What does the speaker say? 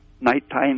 nighttime